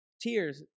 Tears